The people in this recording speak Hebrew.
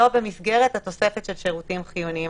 לא במסגרת התוספת של שירותים חיוניים.